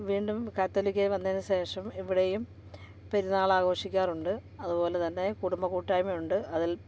വീണ്ടും കത്തോലിക്കേൽ വന്നതിന് ശേഷം ഇവിടെയും പെരുന്നാളാഘോഷിക്കാറുണ്ട് അതുപോലെ തന്നെ കുടുംബ കൂട്ടായ്മയുണ്ട് അതിൽ